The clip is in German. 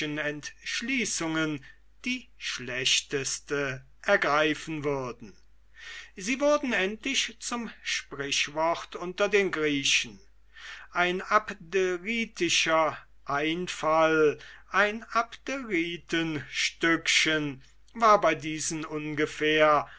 entschließungen die schlechteste ergreifen würden sie wurden endlich zum sprichwort unter den griechen ein abderitischer einfall ein abderitenstückchen war bei diesen ungefähr